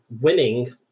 winning